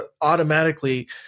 automatically